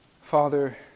Father